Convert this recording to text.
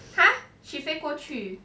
!huh! she 飞过去